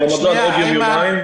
הרמדאן עוד יומיים.